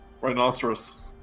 Rhinoceros